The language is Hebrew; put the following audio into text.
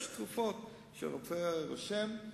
יש תרופות שרופא רושם,